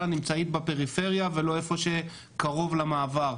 נמצאים בפריפריה ולא במקום שקרוב למעבר.